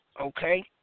okay